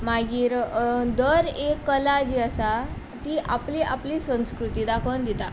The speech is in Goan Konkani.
मागीर दर एक कला जी आसा ती आपली आपली संस्कृती दाखोवन दिता